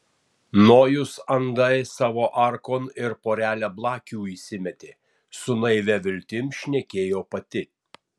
nojus andai savo arkon ir porelę blakių įsimetė su naivia viltim šnekėjo pati